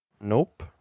Nope